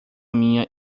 minha